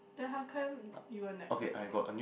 then how come you got Netflix